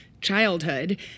childhood